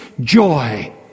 joy